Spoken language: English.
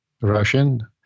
russian